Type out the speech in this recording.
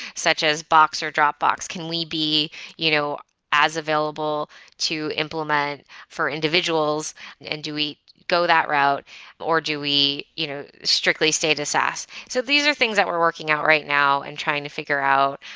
such as boxer, dropbox. can we be you know as available to implement for individuals and do we go that route or do we you know strictly stay to saas? so these are things that we're working out right now and trying to figure out,